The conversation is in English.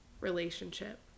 relationship